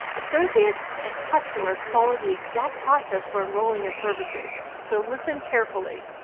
associates and customers follow the exact process for enrolling in services, so listen carefully.